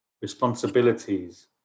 responsibilities